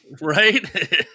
Right